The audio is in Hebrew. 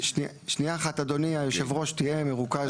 שנייה אחת, אדוני יושב הראש, תהיה מרוכז בבקשה.